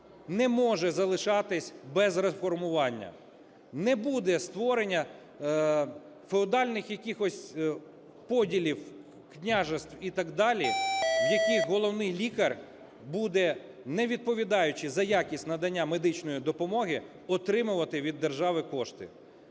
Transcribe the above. не може залишатися без реформування. Не буде створення феодальних якихось поділів, князівств і так далі, в яких головний лікар буде, не відповідаючи за якість надання медичної допомоги, отримувати від держави кошти.